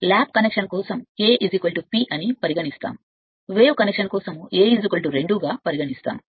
ప్రయోగశాల కనెక్షన్ కోసం A ఉంటుంది P మరియు ఓం కి A ఎల్లప్పుడూ 2 గా ఉంటుంది